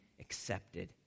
accepted